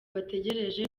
bategereje